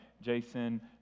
Jason